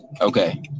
Okay